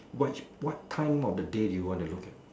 what what time of the day do you want to look at